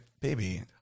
Baby